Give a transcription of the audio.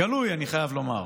גלוי, אני חייב לומר,